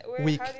Week